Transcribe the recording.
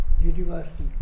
university